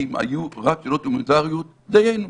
כי אם היו רק שאלות הומניטריות, דיינו,